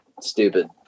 stupid